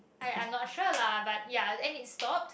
I I'm not sure lah but ya and it stop